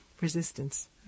resistance